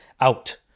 out